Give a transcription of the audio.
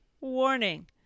Warning